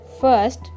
First